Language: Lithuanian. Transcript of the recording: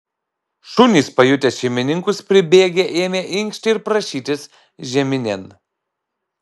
šunys pajutę šeimininkus pribėgę ėmė inkšti ir prašytis žeminėn